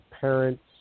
parents